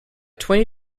twenty